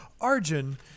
Arjun